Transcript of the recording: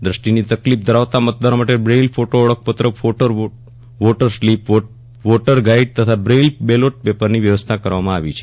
દષ્ટિની તકલીફ ધરાવતાં મતદારો માટે બ્રેઇલ ફોટો ઓળખપત્રો photo voter slip voter guide તથા બ્રેઇલ બેલોટ પેપરની વ્યવસ્થા કરવામાં આવી છે